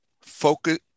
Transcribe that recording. focus